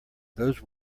those